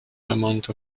amount